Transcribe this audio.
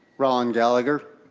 rollin gallagher.